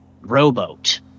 rowboat